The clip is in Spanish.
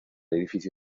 edificio